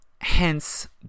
hence